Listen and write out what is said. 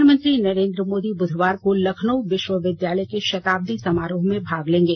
प्रधानमंत्री नरेंद्र मोदी बुधवार को लखनऊ विश्वविद्यालय के शताब्दी समारोह में भाग लेंगे